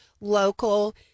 local